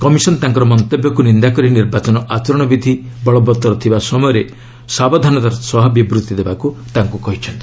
commission ତାଙ୍କର ମନ୍ତବ୍ୟକୁ ନିନ୍ଦା କରି ନିର୍ବାଚନ ଆଚରଣ ବିଧି ବଳବଉର ଥିବା ସମୟରେ ସାବଧାନତାର ସହ ବିବୃଭି ଦେବାକୁ କହିଛି